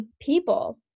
people